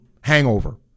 hangover